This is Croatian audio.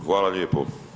Hvala lijepo.